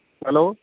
hello